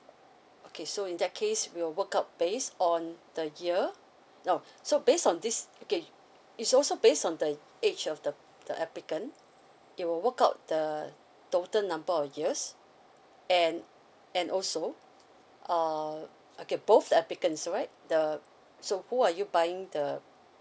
okay so in that case we will work out based on the year no so based on this okay is also based on the age of the the applicant it will work out the total number of years and and also uh okay both the applicants right the so who are you buying the